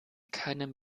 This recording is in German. keinem